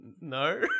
no